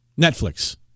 Netflix